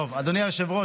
היושב-ראש,